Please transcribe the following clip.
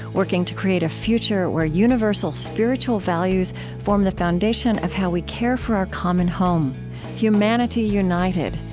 working to create a future where universal spiritual values form the foundation of how we care for our common home humanity united,